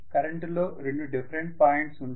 కరెంటులో రెండు different points ఉంటాయి